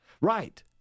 Right